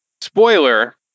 spoiler